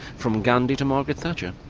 from gandhi to margaret thatcher.